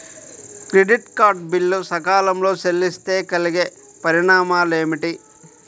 Credit card bill సకాలంలో చెల్లిస్తే కలిగే పరిణామాలేమిటి?